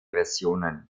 versionen